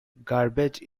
garbage